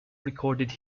recorded